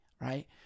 Right